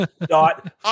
dot